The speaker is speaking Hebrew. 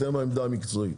אתם העמדה המקצועית.